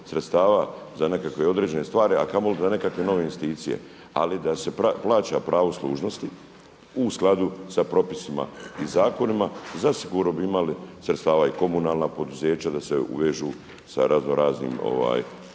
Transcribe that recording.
za nekakve određene stvari, a kamoli za nekakve nove investicije. Ali da se plaća pravo služnosti u skladu sa propisima i zakonima zasigurno bi imali sredstava i komunalna poduzeća da se uvežu sa razno raznim poslovima